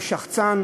הוא שחצן